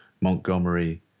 Montgomery